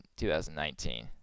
2019